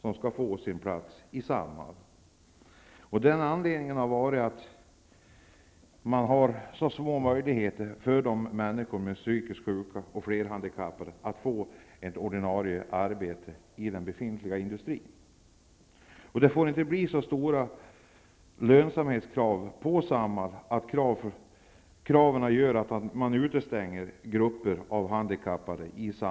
Dessa människor har annars små möjligheter att få ett ordinarie arbete i den befintliga industrin. Det får inte bli så stora lönsamhetskrav på Samhall att man utestänger grupper av handikappade.